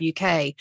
UK